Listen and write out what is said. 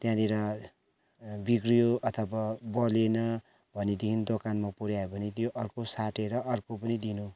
त्यहाँनिर बिग्रियो अथवा बलेन भनेदेखि दोकानमा पुर्यायो भने त्यो अर्को साटेर अर्को पनि दिनु